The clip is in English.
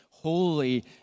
Holy